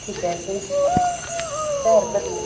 ठिक आहे पण काय हरकत नाही